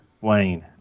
Wayne